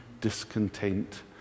discontent